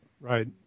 Right